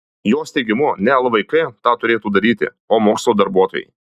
jos teigimu ne lvk tą turėtų daryti o mokslo darbuotojai